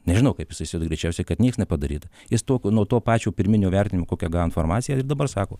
nežinau kaip jisai įsi greičiausiai kad nieks nepadaryta jis tuo ko nuo to pačio pirminio vertinimo kokią gavo informaciją ir dabar sako